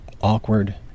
awkward